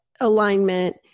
alignment